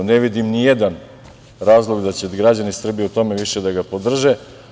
Ne vidim ni jedan razlog da će građani Srbije u tome više da ga podrže.